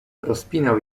rozpinał